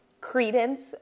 credence